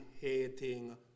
hating